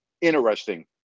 interesting